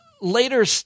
later